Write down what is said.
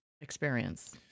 experience